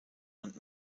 und